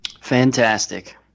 Fantastic